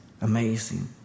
Amazing